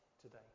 today